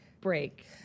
break